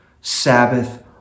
Sabbath